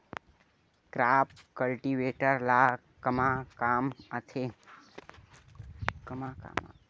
Crop cultivator ला कमा काम आथे?